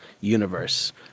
universe